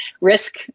risk